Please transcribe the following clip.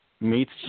meets